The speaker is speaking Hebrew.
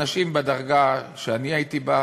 אנשים בדרגה שאני הייתי בה,